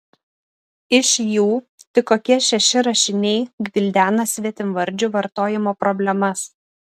iš jų tik kokie šeši rašiniai gvildena svetimvardžių vartojimo problemas